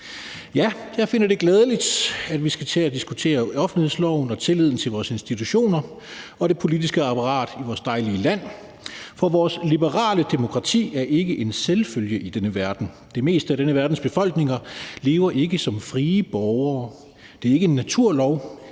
Ja, jeg finder det glædeligt, at vi skal til at diskutere offentlighedsloven og tilliden til vores institutioner og det politiske apparat i vores dejlige land, for vores liberale demokrati er ikke en selvfølge i denne verden. De fleste af denne verdens befolkninger lever ikke som frie borgere. Det er ikke en naturlov,